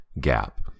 gap